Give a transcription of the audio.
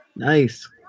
Nice